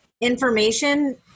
information